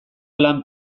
lan